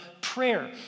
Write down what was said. prayer